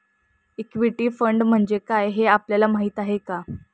Equity fund म्हणजे काय, हे आपल्याला माहीत आहे का?